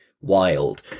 wild